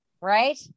right